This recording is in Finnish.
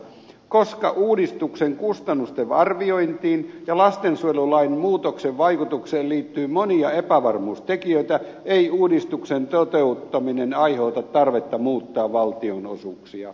koska uudistuksen kustannusten arviointiin ja lastensuojelulain muutoksen vaikutukseen liittyy monia epävarmuustekijöitä ei uudistuksen toteuttaminen aiheuta tarvetta muuttaa valtionosuuksia